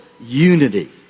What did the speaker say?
unity